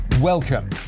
Welcome